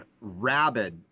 rabid